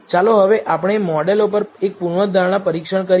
ચાલો હવે આપણે મોડેલો પર એક પૂર્વધારણા પરીક્ષણ કરીએ